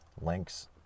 links